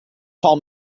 call